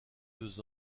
deux